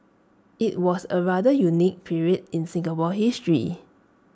IT was A rather unique period in Singapore's history